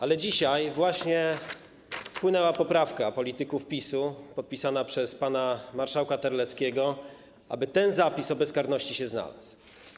Ale dzisiaj właśnie wpłynęła poprawka polityków PiS-u podpisana przez pana marszałka Terleckiego, aby ten zapis o bezkarności się znalazł.